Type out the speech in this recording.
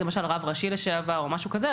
אז למשל רב ראשי לשעבר או משהו כזה,